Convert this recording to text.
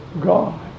God